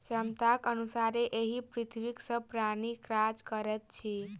क्षमताक अनुसारे एहि पृथ्वीक सभ प्राणी काज करैत अछि